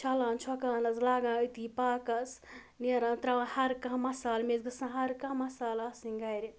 چھَلان چھۄکان حظ لاگان أتی پاکَس نیران ترٛاوان ہَر کانٛہہ مَصال مےٚچھِ گژھان ہَر کانٛہہ مَصالہٕ آسٕنۍ گَرِ